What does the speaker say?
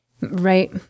Right